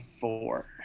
four